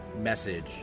message